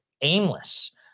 aimless